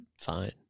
fine